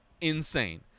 insane